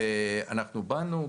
ואנחנו באנו,